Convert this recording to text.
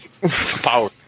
Power